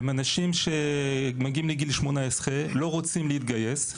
הם אנשים שמגיעים לגיל 18, לא רוצים להתגייס.